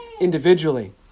individually